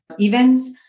events